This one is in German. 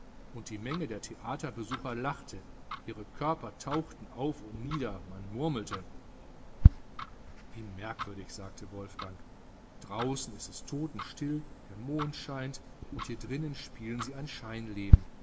und die menge der theaterbesucher lachte ihre körper tauchten auf und nieder man murmelte wie merkwürdig sagte wolfgang draußen ist es totenstill der mond scheint und hier drinnen spielen sie ein